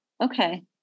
Okay